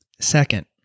Second